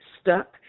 stuck